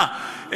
מה,